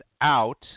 out